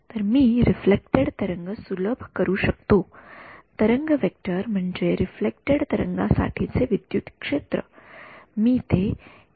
तर मी रिफ्लेक्टेड तरंग सुलभ करू शकतो तरंग वेक्टर म्हणजे रिफ्लेक्टेड तरंगासाठीचे विद्युत क्षेत्र मी ते असे लिहू शकतो